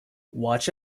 watch